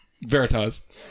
Veritas